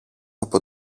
από